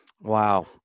Wow